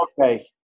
Okay